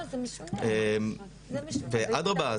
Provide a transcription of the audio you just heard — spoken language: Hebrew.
ואדרבא,